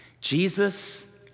Jesus